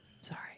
sorry